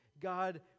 God